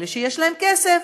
אלה שיש להם כסף,